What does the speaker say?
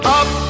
up